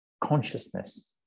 consciousness